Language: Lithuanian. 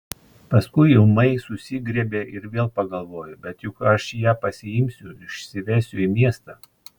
paskui ūmai susigriebė ir vėl pagalvojo bet juk aš ją pasiimsiu išsivesiu į miestą